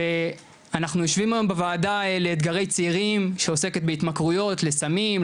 ואנחנו יושבים היום בוועדה לאתגרי צעירים שעוסקת בהתמכרויות לסמים,